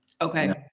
Okay